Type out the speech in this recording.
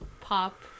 pop